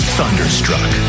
thunderstruck